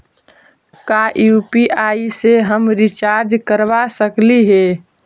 का यु.पी.आई से हम रिचार्ज करवा सकली हे?